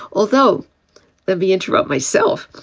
although the v interrupt myself.